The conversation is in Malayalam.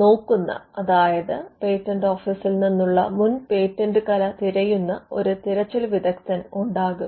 നോക്കുന്ന അതായത് പേറ്റന്റ് ഓഫീസിൽ നിന്നുള്ള മുൻ പേറ്റന്റ് കല തിരയുന്ന ഒരു തിരച്ചിൽ വിദഗ്ധൻ ഉണ്ടാകും